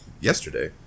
yesterday